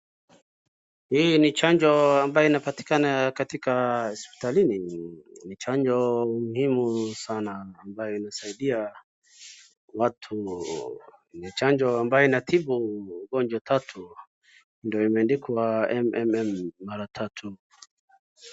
Hii ni chanjo ambayo inapatikana katika hospitalini ni chanjo muhimu sana ambayo inasaidia watu ni chanjo ambayo inatibu ugonjwa tatu ambayo imeandikwa mmm mara tatu